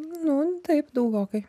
nu taip daugokai